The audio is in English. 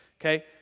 Okay